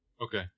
Okay